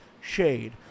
shade